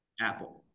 Apple